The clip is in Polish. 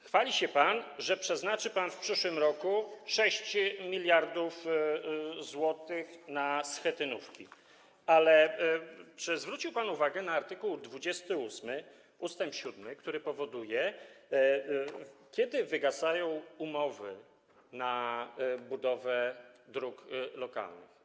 Chwali się pan, że przeznaczy pan w przyszłym roku 6 mld zł na schetynówki, ale czy zwrócił pan uwagę na art. 28 ust. 7, który wskazuje, kiedy wygasają umowy na budowę dróg lokalnych?